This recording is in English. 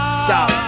stop